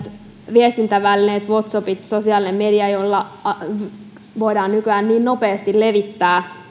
viestintävälineillä whatsappit sosiaalinen media voidaan nykyään niin nopeasti levittää